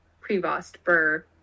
Prevost-Burr